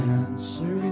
answer